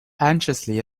anxiously